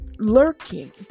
lurking